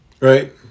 Right